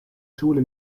schule